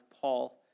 Paul